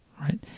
right